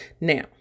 Now